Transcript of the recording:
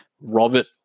Robert